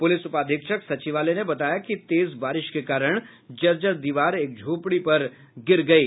police उपाधीक्षक सचिवालय ने बताया कि तेज बारिश के कारण जर्जर दीवार एक झोपड़ी पर गिर गयी